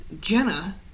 jenna